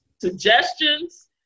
suggestions